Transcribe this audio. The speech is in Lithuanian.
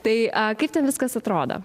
tai kaip ten viskas atrodo